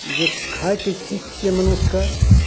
जे खाइके चीज छियै मनुष्यके